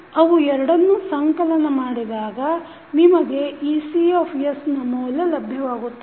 ಅವು ಎರಡನ್ನು ಸಂಕಲನ ಮಾಡಿದಾಗ ನಿಮಗೆ Ec ನ ಮೌಲ್ಯ ಲಭ್ಯವಾಗುತ್ತದೆ